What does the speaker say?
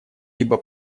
либо